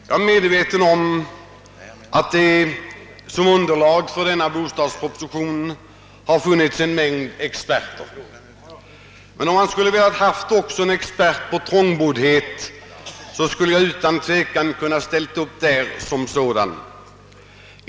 Jag är medveten om att underlaget för denna bostadsproposition är ett omfattande expertarbete. Skulle man dessutom ha velat ha en expert på trångboddhet skulle jag utan tvekan ha kunnat ställa upp som sådan.